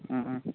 ꯎꯝ ꯎꯝ